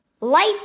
Life